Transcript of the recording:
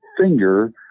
finger